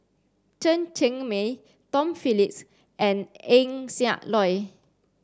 Chen Cheng Mei Tom Phillips and Eng Siak Loy